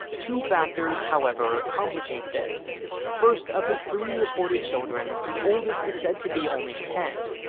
two factors, however, complicate this first, of his three reported children, the oldest is said to be only ten,